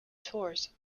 tours